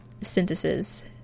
Synthesis